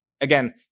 Again